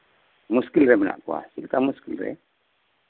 ᱢᱩᱥᱠᱤᱞ ᱨᱮ ᱢᱮᱱᱟᱜ ᱠᱚᱣᱟ ᱪᱮᱫ ᱞᱮᱠᱟ ᱢᱩᱥᱠᱤᱞ ᱨᱮ